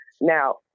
Now